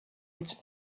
its